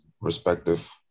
respective